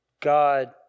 God